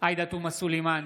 עאידה תומא סלימאן,